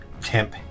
temp